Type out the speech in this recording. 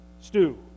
stew